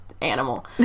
animal